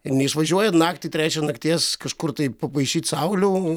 neišvažiuojat naktį trečią nakties kažkur tai papaišyt saulių